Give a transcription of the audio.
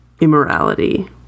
immorality